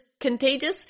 Contagious